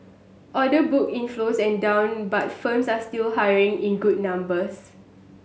order book inflows and down but firms are still hiring in good numbers